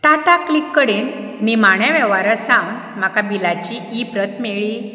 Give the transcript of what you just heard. Tata click कडेन निमाण्या वेव्हारा सावन म्हाका बिलाची ई प्रत मेळ्ळी